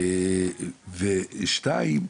בנוסף,